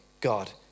God